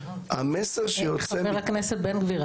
המסר שיוצא --- חבר הכנסת בן גביר,